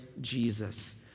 Jesus